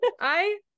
I-